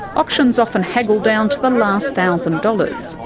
auctionauctions often haggle down to the last thousand dollars,